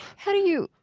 how do you,